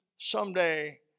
Someday